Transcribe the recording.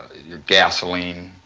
your gasoline,